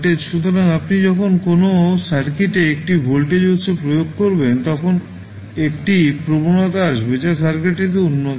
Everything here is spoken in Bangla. সুতরাং আপনি যখন কোনও সার্কিটে একটি ভোল্টেজ উত্স প্রয়োগ করবেন তখন একটি প্রবণতা আসবে যা সার্কিটটিতে উত্পন্ন হবে